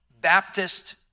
Baptist